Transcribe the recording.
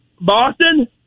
Boston